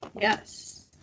Yes